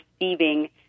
receiving